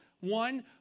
one